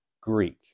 Greek